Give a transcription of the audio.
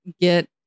get